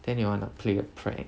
then you want to play a prank